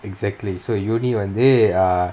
exactly so university வந்து:vanthu err